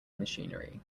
machinery